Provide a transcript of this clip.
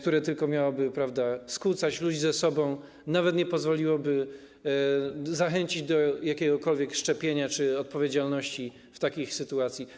To miałoby tylko skłócać ludzi ze sobą i nawet nie pozwoliłoby zachęcić do jakiegokolwiek szczepienia czy wzięcia odpowiedzialności w takiej sytuacji.